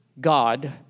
God